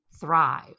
thrive